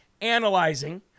analyzing